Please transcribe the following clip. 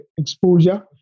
exposure